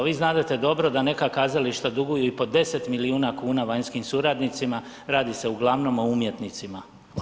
Vi znadete dobro da neka kazališta duguju i po 10 milijuna kuna vanjskim suradnicima, radi se uglavnom o umjetnicima.